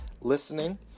listening